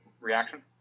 reaction